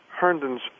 Herndon's